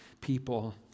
people